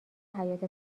حیاط